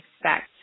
expect